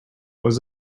was